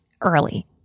early